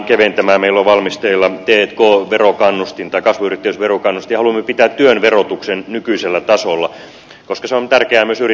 meillä on valmisteilla t k verokannustin tai kasvuyrittäjyysverokannustin ja haluamme pitää työn verotuksen nykyisellä tasolla koska se on tärkeää myös yli